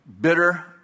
bitter